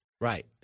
Right